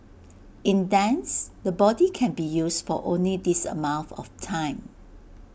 in dance the body can be used for only this amount of time